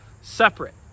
separate